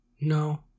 No